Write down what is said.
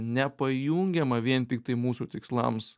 nepajungiamą vien tiktai mūsų tikslams